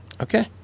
Okay